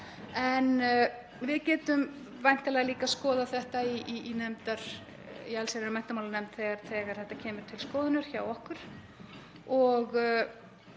en við getum væntanlega líka skoðað þetta í allsherjar- og menntamálanefnd þegar þetta kemur til skoðunar hjá okkur.